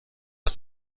als